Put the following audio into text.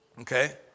okay